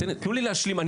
תנו לי להשלים את דבריי.